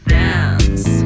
dance